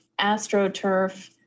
astroturf